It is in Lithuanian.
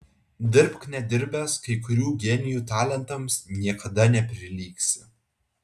dirbk nedirbęs kai kurių genijų talentams niekada neprilygsi